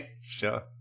Sure